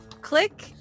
click